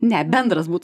ne bendras būtų